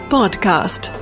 Podcast